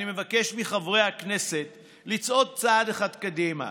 אני מבקש מחברי הכנסת לצעוד צעד אחד קדימה.